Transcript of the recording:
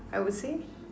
I would say